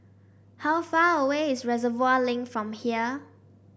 how far away is Reservoir Link from here